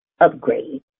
Upgrade